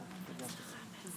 שרון ניר